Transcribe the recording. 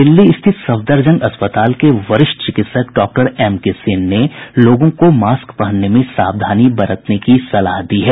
दिल्ली स्थित सफदरजंग अस्पताल के वरिष्ठ चिकित्सक डॉक्टर एम के सेन ने लोगों को मास्क पहनने में सावधानी बरतने की सलाह दी है